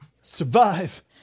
survive